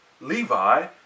Levi